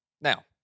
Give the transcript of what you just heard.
Now